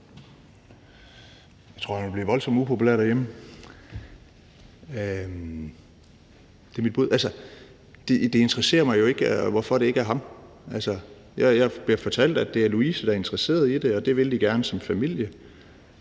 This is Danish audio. Jeg tror, at han ville blive voldsomt upopulær derhjemme. Det er mit bud. Altså, det interesserer mig jo ikke, hvorfor det ikke er ham. Jeg bliver fortalt, at det er Louise, der er interesseret i det, og at det vil de gerne som familie.